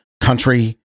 country